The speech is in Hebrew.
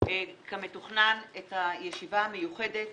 כמתוכנן את הישיבה המיוחדת